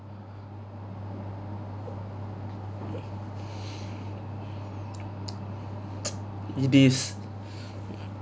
it is